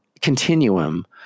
continuum